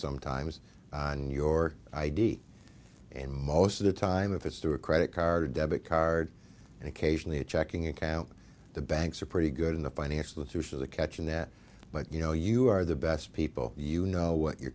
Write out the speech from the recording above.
sometimes on your i d and most of the time of it's through a credit card debit card and occasionally a checking account the banks are pretty good in the financial to share the catch and that but you know you are the best people you know what your